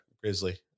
Grizzly